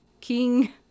King